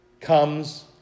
comes